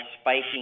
spiking